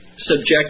subject